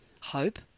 hope